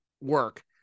work